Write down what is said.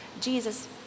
Jesus